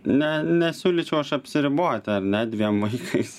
ne nesiūlyčiau aš apsiriboti ar ne dviem vaikais